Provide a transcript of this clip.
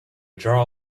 jar